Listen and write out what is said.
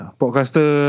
podcaster